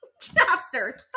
Chapter